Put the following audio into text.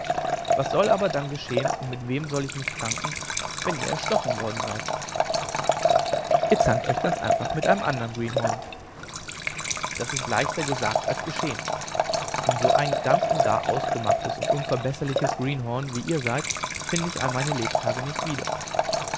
was soll aber dann geschehen und mit wem soll ich mich dann zanken wenn ihr erstochen worden seid ihr zankt euch ganz einfach mit einem andern greenhorn das ist leichter gesagt als geschehen denn so ein ganz und gar ausgemachtes und unverbesserliches greenhorn wie ihr seid finde ich all mein lebtage nicht wieder